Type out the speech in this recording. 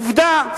עובדה,